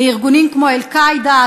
לארגונים כמו "אל-קאעידה",